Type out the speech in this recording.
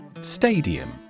Stadium